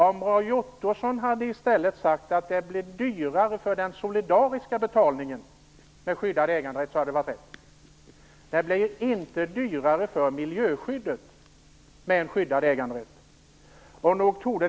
Om Roy Ottosson i stället hade sagt att skyddet för äganderätten blir dyrare för den solidariska betalningen hade det varit bättre. Det blir inte dyrare med skyddad äganderätt när det gäller miljöskyddet.